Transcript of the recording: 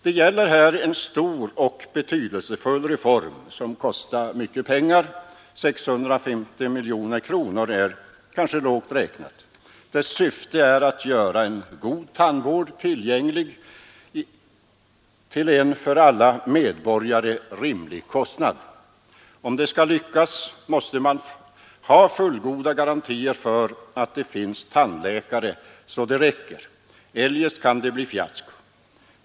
Det gäller en stor och betydelsefull reform som kostar mycket pengar — 650 miljoner kronor är kanske lågt räknat. Dess syfte är att göra en god tandvård tillgänglig till en för alla medborgare rimlig kostnad. Om det skall lyckas måste man ha fullgoda garantier för att det finns tandläkare så det räcker. Eljest kan reformen bli ett fiasko.